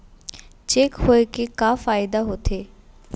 Cheque होए के का फाइदा होथे?